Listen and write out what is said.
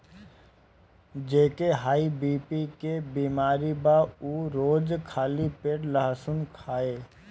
जेके high BP के बेमारी बा उ रोज खाली पेटे लहसुन खाए